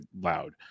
loud